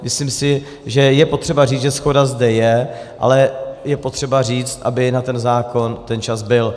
Myslím si, že je potřeba říct, že shoda zde je, ale je potřeba říct, aby na ten zákon ten čas byl.